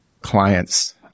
clients